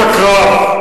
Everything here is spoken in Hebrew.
פעם זה היה בשדות הקרב.